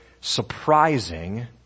surprising